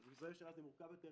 עם משרדי הממשלה זה מורכב יותר.